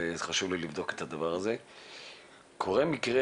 קורה מקרה